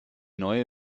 neue